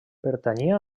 pertanyia